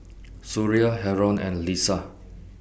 Suria Haron and Lisa